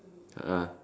ah